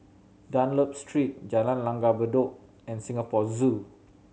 Dunlop Street Jalan Langgar Bedok and Singapore Zoo